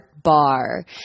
bar